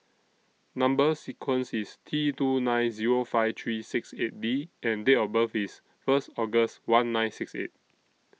Number sequence IS T two nine Zero five three six eight D and Date of birth IS First August one nine six eight